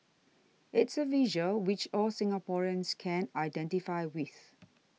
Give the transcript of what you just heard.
it's a visual which all Singaporeans can identify with